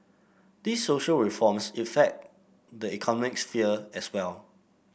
these social reforms effect the economic sphere as well